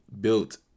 built